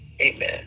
Amen